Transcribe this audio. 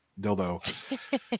dildo